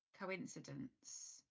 coincidence